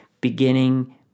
beginning